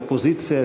אופוזיציה,